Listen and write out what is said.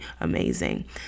amazing